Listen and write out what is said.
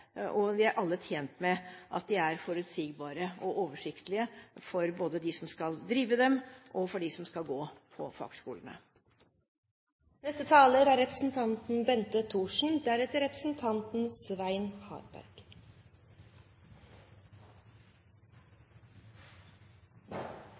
og vi er alle tjent med at de er forutsigbare og oversiktlige både for dem som skal drive dem og for dem som skal gå